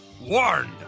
warned